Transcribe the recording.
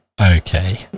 Okay